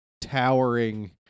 towering